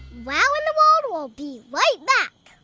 wow in the world will be right back.